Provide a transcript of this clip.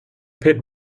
pit